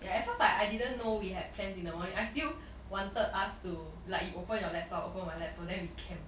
ya at first I I didn't know we had plans in the morning I still wanted us to like you open your laptop open my laptop then we camp